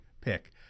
pick